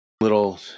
little